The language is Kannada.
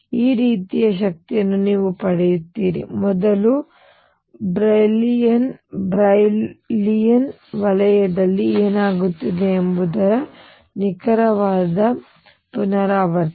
ಈ ರೀತಿಯ ಶಕ್ತಿಯನ್ನು ನೀವು ಪಡೆಯುತ್ತೀರಿ ಮೊದಲ ಬ್ರಿಲೌಯಿನ್ ವಲಯದಲ್ಲಿ ಏನಾಗುತ್ತಿದೆ ಎಂಬುದರ ನಿಖರವಾದ ಪುನರಾವರ್ತನೆ